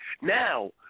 now